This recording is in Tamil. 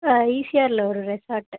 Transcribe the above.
இசிஆரில் ஒரு ரெசார்ட்டு